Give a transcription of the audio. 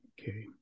Okay